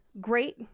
great